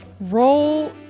Roll